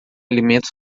alimento